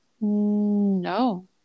no